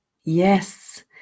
Yes